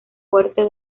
fuerte